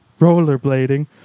rollerblading